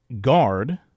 guard